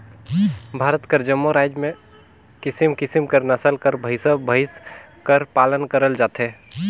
भारत कर जम्मो राएज में किसिम किसिम कर नसल कर भंइसा भंइस कर पालन करल जाथे